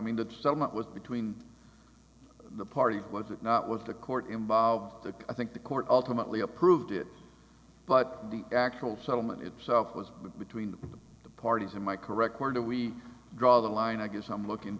summit was between the party wanted not with the court involved i think the court ultimately approved it but the actual settlement itself was between the parties am i correct where do we draw the line i guess i'm looking